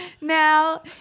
Now